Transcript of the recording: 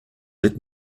let